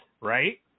Right